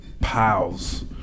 piles